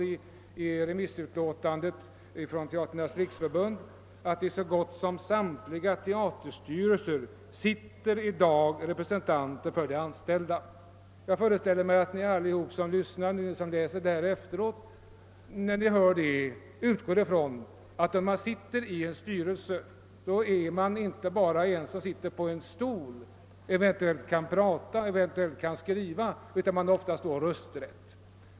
I remissyttrandet från Teatrarnas riksförbund står att det i så gott som samtliga teaterstyrelser sitter representanter för de anställda. Jag föreställer mig att ni alla som läser detta utgår från att när man sitter i en styrelse sitter man inte bara på en stol och eventuellt yttrar sig eller skriver, utan man har då också rösträtt.